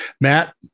Matt